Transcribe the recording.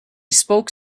spoke